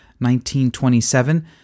1927